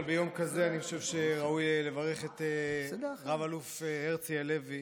אבל ביום כזה אני חושב שראוי לברך את רב-אלוף הרצי הלוי,